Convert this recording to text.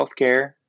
Healthcare